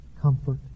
comfort